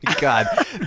God